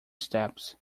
steps